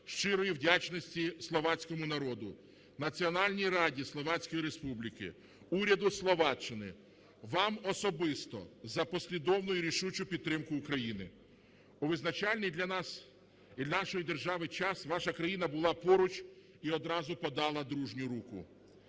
щирої вдячності словацькому народу, Національній Раді Словацької Республіки, уряду Словаччини, вам особисто за послідовну і рішучу підтримку України. У визначальний для нас і нашої держави час ваша країна була поруч і одразу подала дружню руку.